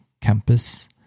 campus